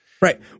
Right